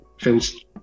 feels